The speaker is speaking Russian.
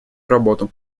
работу